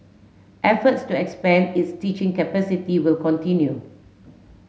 efforts to expand its teaching capacity will continue